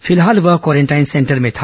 फिलहाल वह quarantine centre में था